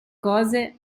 cose